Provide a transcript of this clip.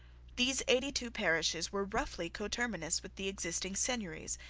these eighty-two parishes were roughly coterminous with the existing seigneuries,